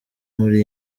muri